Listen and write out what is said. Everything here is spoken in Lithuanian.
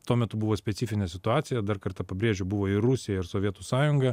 tuo metu buvo specifinė situacija dar kartą pabrėžiu buvo ir rusija ir sovietų sąjunga